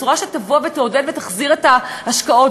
בצורה שתבוא ותעודד ותחזיר את ההשקעות,